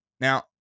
Now